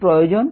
কি প্রয়োজন